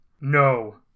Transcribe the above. No